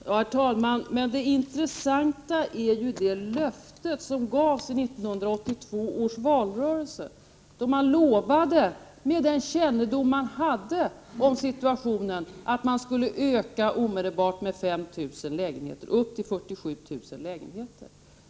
Herr talman! Det intressanta är ju det löfte som gavs i 1982 års valrörelse då man med den kännedom man hade om situationen lovade att man omedelbart skulle öka med 5 000 lägenheter per år upp till 47 000 lägenheter.